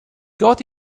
got